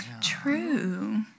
True